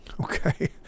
Okay